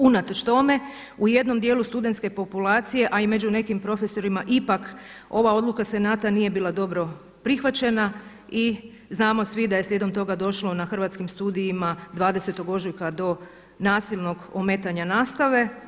Unatoč tome, u jednom dijelu studentske populacije, a i među nekim profesorima ipak ova odluka senata nije bila dobro prihvaćena i znamo svi da je slijedom toga došlo na Hrvatskim studijima 20. ožujka do nasilnog ometanja nastave.